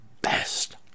best